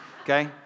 okay